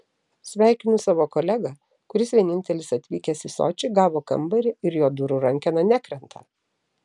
sveikinu savo kolegą kuris vienintelis atvykęs į sočį gavo kambarį ir jo durų rankena nekrenta